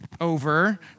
over